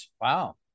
Wow